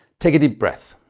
take a deep breath.